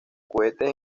cohetes